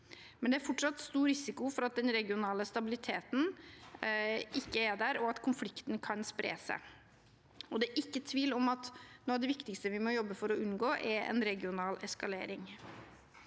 men det er fortsatt stor risiko for at den regionale stabiliteten ikke er der, og at konflikten kan spre seg. Det er ikke tvil om at noe av det viktigste vi må jobbe for å unngå, er en regional eskalering.